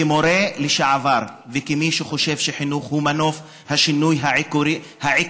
כמורה לשעבר וכמי שחושב שחינוך הוא מנוף לשינוי העיקרי,